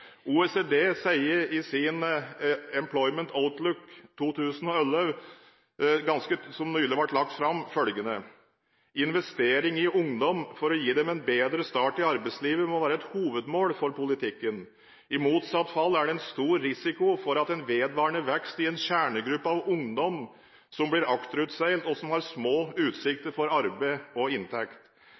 OECD sier i sin «Employment Outlook 2011», som nylig ble lagt fram, følgende: Investering i ungdom for å gi dem en bedre start i arbeidslivet må være et hovedmål for politikken. I motsatt fall er det en stor risiko for en vedvarende vekst i en kjernegruppe av ungdom som blir akterutseilt, og som har små utsikter for arbeid og inntekt.